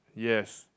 yes